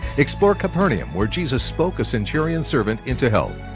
explore capernaum where jesus spoke a centurion servant into health.